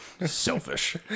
Selfish